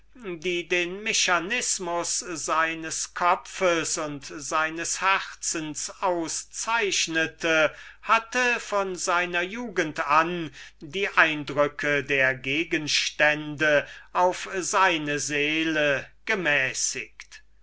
welche den mechanismus seines kopfs und seines herzens charakterisierte hatte von seiner jugend an die würkung der gegenstände auf seine seele gemäßiget